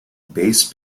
bass